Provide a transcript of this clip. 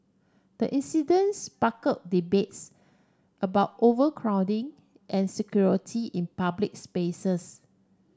the incident spark debates about overcrowding and security in public spaces